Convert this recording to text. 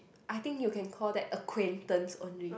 I think you can call that acquaintance only